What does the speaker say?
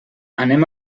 anem